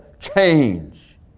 change